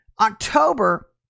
October